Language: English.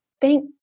thank